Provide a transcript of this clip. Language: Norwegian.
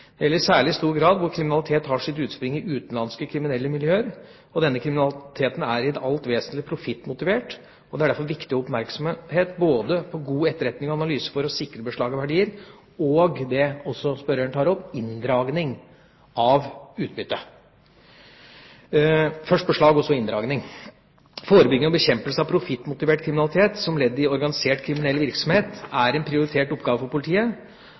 gjelder i særlig stor grad hvor kriminalitet har sitt utspring i utenlandske kriminelle miljøer. Denne kriminaliteten er i det alt vesentlige profittmotivert, og det er derfor viktig å ha oppmerksomhet både på god etterretning og analyse for å sikre beslag av verdier og, som også spørreren tar opp, inndragning av utbytte – først beslag og så inndragning. Forebygging og bekjempelse av profittmotivert kriminalitet som ledd i organisert kriminell virksomhet er en prioritert oppgave for politiet.